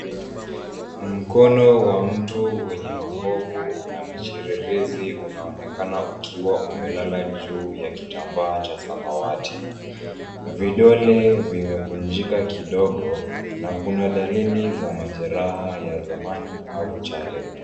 Mkono wa mtu wenye makovu na michiririzi unaonekana ukiwa umelala juu ya kitambaa cha samawati. Vidole vimekunjika kidogo na kuna dalili za majeraha ya zamani au chale.